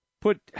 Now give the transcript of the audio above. put –